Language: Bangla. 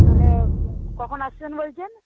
তাহলে কখন আসছেন বলছেন